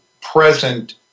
present